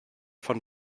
von